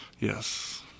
yes